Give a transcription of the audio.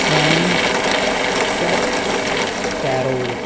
ਸੈਂਕ Seth Carol